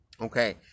Okay